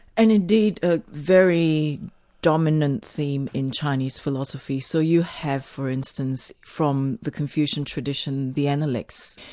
and indeed a very dominant theme in chinese philosophy. so you have, for instance, from the confucian tradition, the analects.